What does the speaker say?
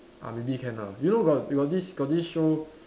ah maybe can ah you know got they got this got this show